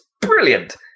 brilliant